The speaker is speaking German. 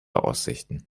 aussichten